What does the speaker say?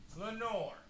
Lenore